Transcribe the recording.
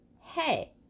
hey